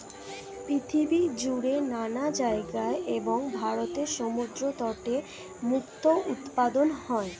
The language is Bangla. পৃথিবী জুড়ে নানা জায়গায় এবং ভারতের সমুদ্র তটে মুক্তো উৎপাদন হয়